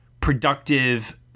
productive